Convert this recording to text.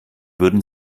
würden